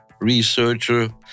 researcher